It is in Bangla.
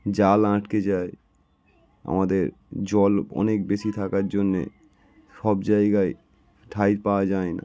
জাল আটকে যায় আমাদের জল অনেক বেশি থাকার জন্যে সব জায়গায় ঠাই পাওয়া যায় না